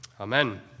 Amen